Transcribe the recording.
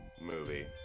movie